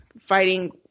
fighting